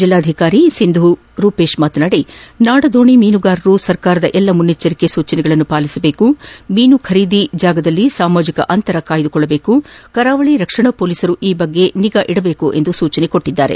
ಜಿಲ್ಲಾಧಿಕಾರಿ ಸಿಂಧೂ ರೂಪೇಶ್ ಮಾತನಾಡಿ ನಾಡದೋಣಿ ಮೀನುಗಾರರು ಸರ್ಕಾರದ ಎಲ್ಲ ಮುನ್ನೆಚ್ವರಿಕಾ ಸೂಚನೆಗಳನ್ನು ಪಾಲಿಸಬೇಕು ಮೀನು ಖರೀದಿ ಸ್ತಳದಲ್ಲಿ ಸಾಮಾಜಿಕ ಅಂತರ ಕಾಪಾಡಿಕೊಳ್ಳಬೇಕು ಕರಾವಳಿ ರಕ್ಷಣಾ ಪೊಲೀಸರು ಈ ಬಗ್ಗೆ ನಿಗಾ ವಹಿಸಬೇಕು ಎಂದು ಸೂಚಿಸಿದರು